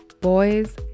Boys